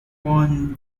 juan